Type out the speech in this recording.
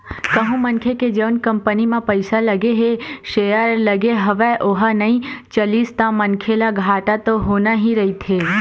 कहूँ मनखे के जउन कंपनी म पइसा लगे हे सेयर लगे हवय ओहा नइ चलिस ता मनखे ल घाटा तो होना ही रहिथे